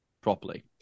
properly